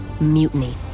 mutiny